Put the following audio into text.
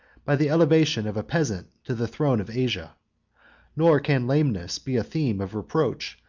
by the elevation of a peasant to the throne of asia nor can lameness be a theme of reproach,